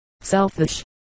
selfish